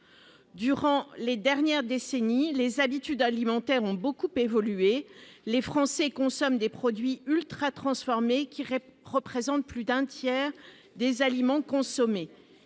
cours des dernières décennies, les habitudes alimentaires ont beaucoup évolué. Les Français consomment des produits ultratransformés : ces derniers représentent plus d'un tiers des aliments consommés.